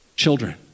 children